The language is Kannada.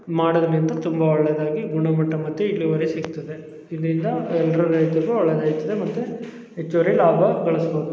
ಮಾಡೋದರಿಂದ ತುಂಬ ಒಳ್ಳೆಯದಾಗಿ ಗುಣಮಟ್ಟ ಮತ್ತು ಇಳುವರಿ ಸಿಗ್ತದೆ ಇದರಿಂದ ಎಲ್ಲರೂ ರೈತರಿಗೂ ಒಳ್ಳೆದಾಗ್ತದೆ ಮತ್ತು ಹೆಚ್ಚುವರಿ ಲಾಭ ಗಳಿಸ್ಬೋದು